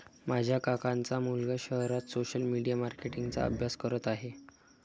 माझ्या काकांचा मुलगा शहरात सोशल मीडिया मार्केटिंग चा अभ्यास करत आहे